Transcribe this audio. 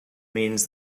means